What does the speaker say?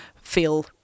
feel